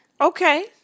Okay